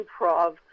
improv